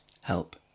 Help